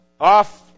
off